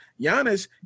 Giannis